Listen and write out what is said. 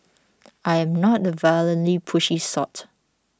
I am not the violently pushy sort